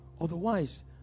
Otherwise